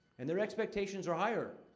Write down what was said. and their expectations are higher.